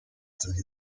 tog